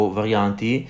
varianti